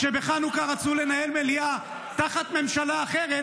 כשבחנוכה רצו לנהל מליאה תחת ממשלה אחרת,